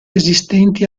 esistenti